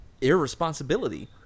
irresponsibility